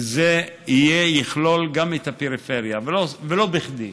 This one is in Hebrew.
שזה יכלול גם את הפריפריה, ולא בכדי,